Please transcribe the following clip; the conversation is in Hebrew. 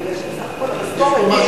כי בסך הכול המשכורת היא גלובלית,